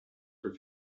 for